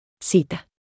Cita